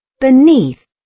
beneath